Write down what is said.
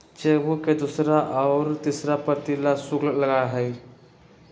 chequebook के दूसरा और तीसरा प्रति ला शुल्क लगा हई